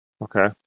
Okay